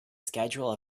schedule